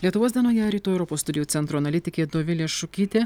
lietuvos dienoje rytų europos studijų centro analitikė dovilė šukytė